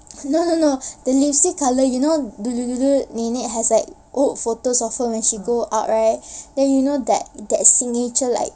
no no no the lipstick colour you know dulu dulu nenek has like old photos of her when she go out right then you know that that signature like